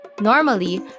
Normally